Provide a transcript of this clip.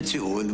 הרווחה.